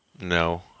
no